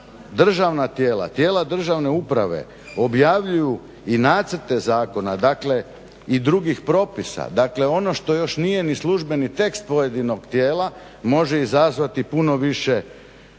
državna tijela, tijela državne uprave objavljuju i nacrte zakona. Dakle, i drugih propisa. Dakle, ono što još nije ni službeni tekst pojedinog tijela može izazvati puno više